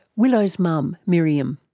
willow's mum miriam.